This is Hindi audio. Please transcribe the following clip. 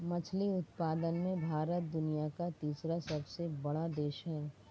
मछली उत्पादन में भारत दुनिया का तीसरा सबसे बड़ा देश है